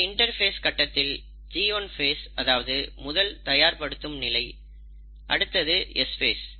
இந்த இன்டர்பேஸ் கட்டத்தில் G1 phase அதாவது முதல் தயார் படுத்தும் நிலை அடுத்து S ஃபேஸ்